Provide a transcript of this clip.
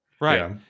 Right